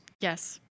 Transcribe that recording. Yes